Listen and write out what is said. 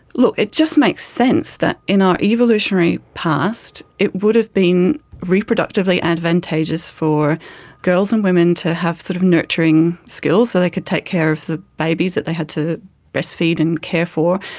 look, it just makes sense that in our evolutionary past it would have been reproductively advantageous for girls and women to have sort of nurturing skills so they could take care of the babies that they had to breast feed and care for,